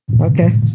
Okay